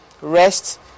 rest